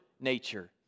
nature